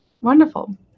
Wonderful